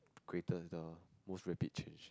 greatest the most rapid change